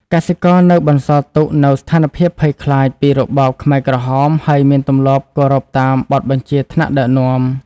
កសិករនៅបន្សល់ទុកនូវស្ថានភាពភ័យខ្លាចពីរបបខ្មែរក្រហម ហើយមានទម្លាប់គោរពតាមបទបញ្ជាថ្នាក់ដឹកនាំ។។